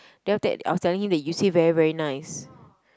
then after that I was telling him that you say was very very nice